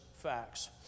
facts